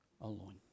alone